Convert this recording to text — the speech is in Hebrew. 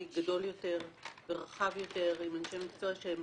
גדול יותר ורחב יותר עם אנשי מקצוע שהם